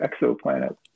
exoplanet